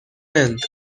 end